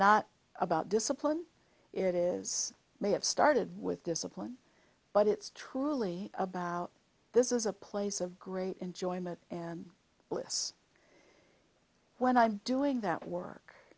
not about discipline it is may have started with discipline but it's truly about this is a place of great enjoyment and bliss when i'm doing that work